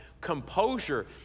composure